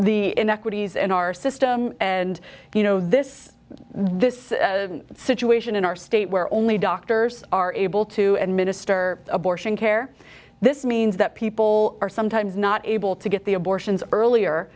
inequities in our system and you know this this situation in our state where only doctors are able to administer abortion care this means that people are sometimes not able to get the abortions earlier